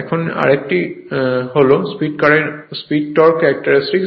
এখন আরেকটি হল স্পিডর টর্ক ক্যারেক্টারিস্টিক